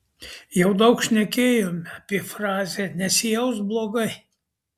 jau daug šnekėjome apie frazę nesijausk blogai